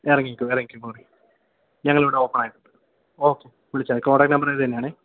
ഇറങ്ങിക്കോ ഇറങ്ങിക്കോ ഞങ്ങള് ഇവിടെ ഓപ്പൺ ആയിട്ടുണ്ട് ഓക്കെ വിളിച്ചാല് മതി കോൺടാക്ട് നമ്പർ ഇതു തന്നെയാണേ